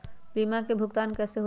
बीमा के भुगतान कैसे होतइ?